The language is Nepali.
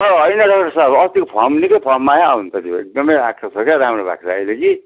होइन डाक्टर साब अस्तिको फर्म निकै फर्ममा आयो आउनु त त्यो एकदमै क्या राम्रो भएको छ अहिले कि